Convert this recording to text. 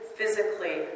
Physically